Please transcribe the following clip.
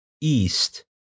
East